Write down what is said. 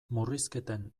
murrizketen